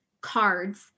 cards